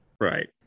Right